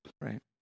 Right